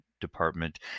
department